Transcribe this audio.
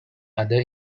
other